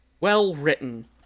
well-written